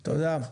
תודה.